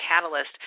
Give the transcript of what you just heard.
catalyst